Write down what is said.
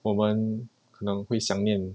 我们可能会想念